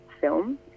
film